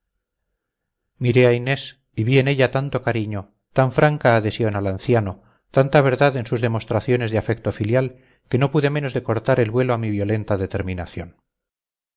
miré a inés y vi en ella tanto cariño tan franca adhesión al anciano tanta verdad en sus demostraciones de afecto filial que no pude menos de cortar el vuelo a mi violenta determinación